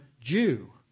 Jew